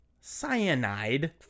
cyanide